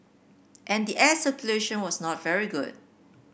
and the air circulation was not very good